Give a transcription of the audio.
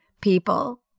people